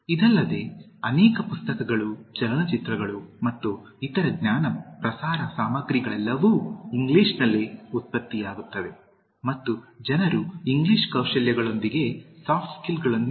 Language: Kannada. ಇದಲ್ಲದೆ ಅನೇಕ ಪುಸ್ತಕಗಳು ಚಲನಚಿತ್ರಗಳು ಮತ್ತು ಇತರ ಜ್ಞಾನ ಪ್ರಸಾರ ಸಾಮಗ್ರಿಗಳೆಲ್ಲವೂ ಇಂಗ್ಲಿಷ್ನಲ್ಲಿ ಉತ್ಪತ್ತಿಯಾಗುತ್ತವೆ ಮತ್ತು ಜನರು ಇಂಗ್ಲಿಷ್ ಕೌಶಲ್ಯಗಳೊಂದಿಗೆ ಸಾಫ್ಟ್ ಸ್ಕಿಲ್ಗಳನ್ನು ಏಕರೂಪವಾಗಿ ಗುರುತಿಸುತ್ತಾರೆ